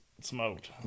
smoked